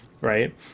right